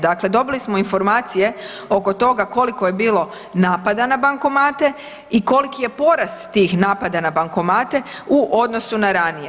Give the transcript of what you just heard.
Dakle, dobili smo informacije oko toga koliko je bilo napadana bankomate i koliki je porast tih napada na bankomate u odnosu na radnje.